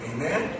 Amen